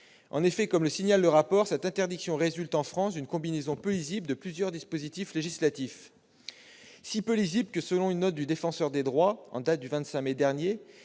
En effet, comme cela est indiqué dans le rapport, cette interdiction résulte en France d'une combinaison peu lisible de plusieurs dispositions législatives. Cette combinaison est si peu lisible que, selon une note du Défenseur des droits en date du 25 mai dernier,